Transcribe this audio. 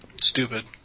Stupid